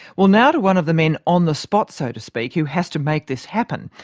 well, now to one of the men on the spot, so to speak, who has to make this happen.